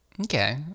Okay